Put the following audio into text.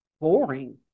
boring